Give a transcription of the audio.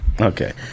okay